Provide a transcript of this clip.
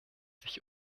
sich